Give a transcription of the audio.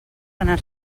anar